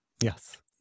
Yes